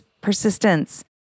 persistence